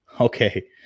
okay